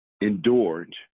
endured